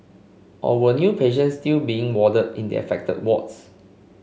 or were new patients still being warded in the affected wards